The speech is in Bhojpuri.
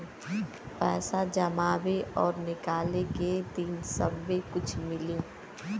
पैसा जमावे और निकाले के दिन सब्बे कुछ मिली